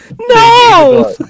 No